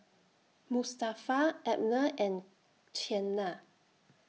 Mustafa Abner and Qiana